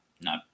no